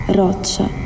roccia